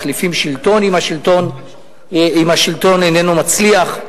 מחליפים שלטון אם השלטון איננו מצליח.